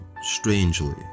strangely